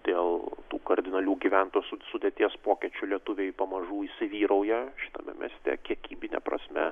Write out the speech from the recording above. dėl tų kardinalių gyventojų su sudėties pokyčių lietuviai pamažu įsivyrauja šitame mieste kiekybine prasme